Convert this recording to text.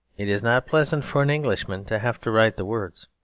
it is not pleasant for an englishman to have to write the words.